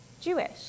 Jewish